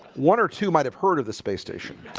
one or two might have heard of the space station